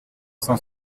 cent